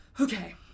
Okay